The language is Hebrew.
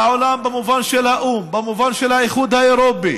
העולם במובן של האו"ם, במובן של האיחוד האירופי,